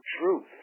truth